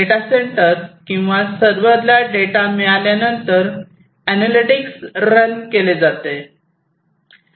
data centre किंवा सर्वरला data मिळाल्यानंतर अनॅलिटिक्स रन केले जाते